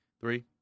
Three